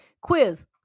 quiz